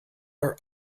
are